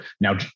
Now